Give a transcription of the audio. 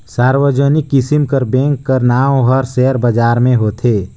सार्वजनिक किसिम कर बेंक कर नांव हर सेयर बजार में होथे